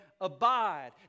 abide